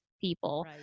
people